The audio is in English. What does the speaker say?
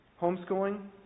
homeschooling